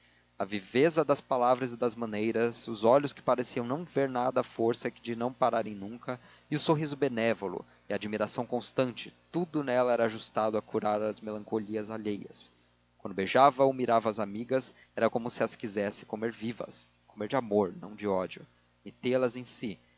a viveza das palavras e das maneiras os olhos que pareciam não ver nada à força de não pararem nunca e o sorriso benévolo e a admiração constante tudo nela era ajustado a curar as melancolias alheias quando beijava ou mirava as amigas era como se as quisesse comer vivas comer de amor não de ódio metê las em si